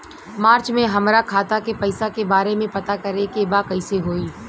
मार्च में हमरा खाता के पैसा के बारे में पता करे के बा कइसे होई?